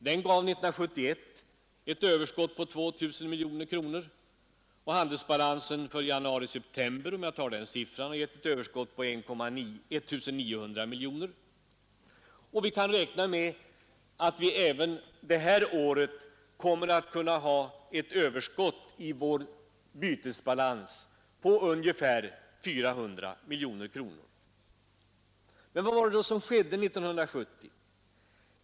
Den gav 1971 ett överskott på 2 000 miljoner kronor, och handelsbalansen för januari-september har gett ett överskott på 1 900 miljoner. Vi kan räkna med att vi även det här året kommer att kunna ha ett överskott i vår bytesbalans på ungefär 400 miljoner kronor. Men vad var det då som skedde 1970?